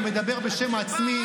אני מדבר בשם עצמי,